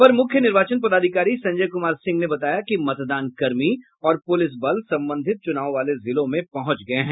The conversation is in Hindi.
अपर मुख्य निर्वाचन पदाधिकारी संजय कुमार सिंह ने बताया कि मतदान कर्मी और पुलिस बल संबंधित चुनाव वाले जिलों में पहुंच गये हैं